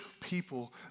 people